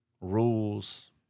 rules